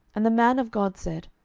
and the man of god said,